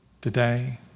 today